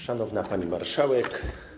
Szanowna Pani Marszałek!